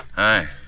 Hi